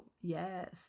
yes